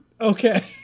Okay